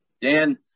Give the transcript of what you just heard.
Dan